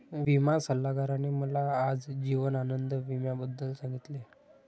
विमा सल्लागाराने मला आज जीवन आनंद विम्याबद्दल सांगितले